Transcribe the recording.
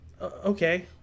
okay